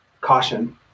Caution